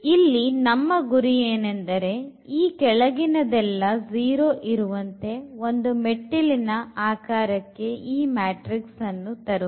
ಇಲ್ಲಿ ನಮ್ಮ ಗುರಿಯೇನೆಂದರೆ ಈ ಕೆಳಗಿನದೆಲ್ಲ 0 ಇರುವಂತೆ ಒಂದು ಮೆಟ್ಟಿಲಿನ ಆಕಾರಕ್ಕೆ ಈ ಮ್ಯಾಟ್ರಿಕ್ಸ್ ಅನ್ನು ತರುವುದು